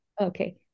Okay